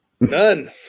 none